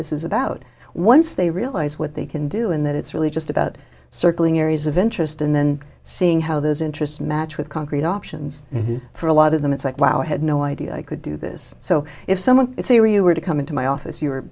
this is about once they realize what they can do and that it's really just about circling areas of interest and then seeing how those interest match with concrete options for a lot of them it's like wow i had no idea i could do this so if someone is here you were to come into my office you were